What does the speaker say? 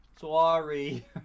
sorry